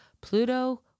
Pluto